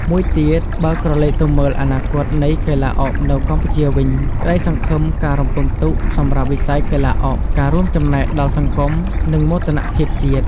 មួយទៀត បើក្រឡេកទៅមើលអនាគតនៃកីឡាអុកនៅកម្ពុជាវិញ ក្តីសង្ឃឹមការរំពឹងទុកសម្រាប់វិស័យកីឡាអុក ការរួមចំណែកដល់សង្គម និងមោទនភាពជាតិ។